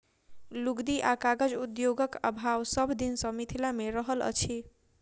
लुगदी आ कागज उद्योगक अभाव सभ दिन सॅ मिथिला मे रहल अछि